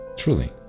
truly